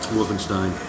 Wolfenstein